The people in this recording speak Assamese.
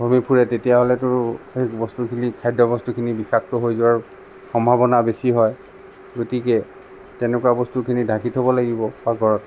ঘূৰি ফুৰে তেতিয়া হ'লেতো সেই বস্তুখিনিত খাদ্য বস্তুখিনি বিষাক্ত হৈ যোৱাৰ সম্ভাৱনা বেছি হয় গতিকে তেনেকুৱা বস্তুখিনি ঢাকি থব লাগিব পাকঘৰত